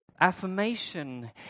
affirmation